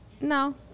No